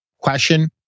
question